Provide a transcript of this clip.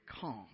calm